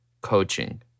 coaching